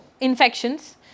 infections